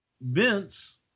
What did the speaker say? Vince